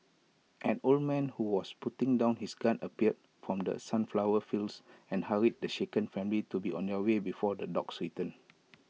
an old man who was putting down his gun appeared from the sunflower fields and hurried the shaken family to be on their way before the dogs return